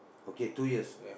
okay two years